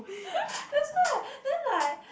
that's why then like